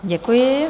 Děkuji.